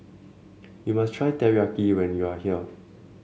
you must try Teriyaki when you are here